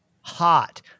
hot